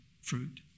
fruit